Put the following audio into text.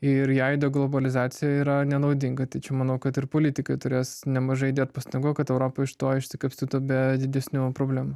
ir jai globalizacija yra nenaudinga tai čia manau kad ir politikai turės nemažai įdėt pastangų kad europa iš to išsikapstytų be didesnių problemų